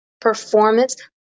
performance